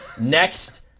next